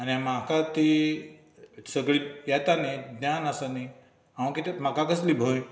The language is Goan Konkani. आनी म्हाका ती सगली येता न्ही ज्ञान आसा न्ही हांव कितें म्हाका कसली भंय